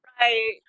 Right